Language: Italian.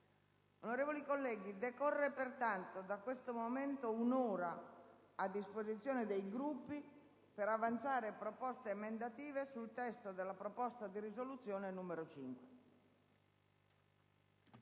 questo momento decorre pertanto il termine di un'ora a disposizione dei Gruppi per avanzare proposte emendative sul testo della proposta di risoluzione n. 5.